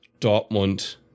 Dortmund